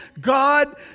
God